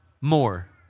more